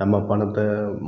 நம்ம பணத்தை